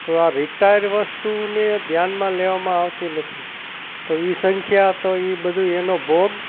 તો આ રિટાયર વસ્તુને ધ્યાનમાં લેવામાં આવતી નથી તો એ સંખ્યા તો એ બધું ય એનો ભોગ